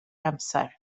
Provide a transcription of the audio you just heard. amser